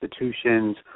institutions